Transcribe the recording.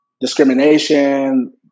discrimination